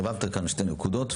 ערבבת כאן שתי נקודות.